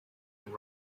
and